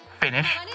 finish